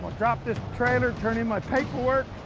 drop this trailer, turn in my paperwork.